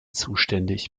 zuständig